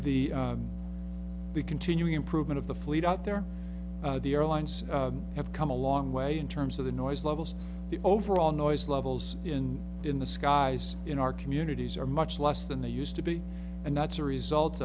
the continuing improvement of the fleet out there the airlines have come a long way in terms of the noise levels the overall noise levels in in the skies in our communities are much less than they used to be and that's a result